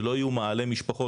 שלא יהיו מאהלי משפחות,